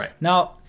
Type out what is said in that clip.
Now